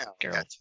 girl